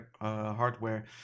hardware